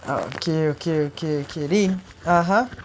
okay okay okay dey ah !huh!